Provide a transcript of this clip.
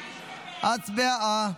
הצבעה.